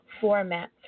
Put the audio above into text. format